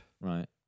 Right